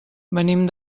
venim